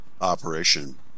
operation